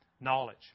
Knowledge